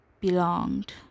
belonged